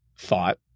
thought